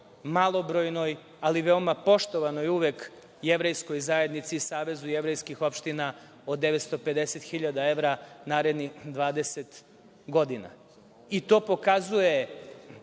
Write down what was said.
malobrojnoj, ali uvek veoma poštovanoj Jevrejskoj zajednici, Savezu jevrejskih opština od 950 hiljada evra narednih 20 godina. To pokazuje